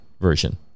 version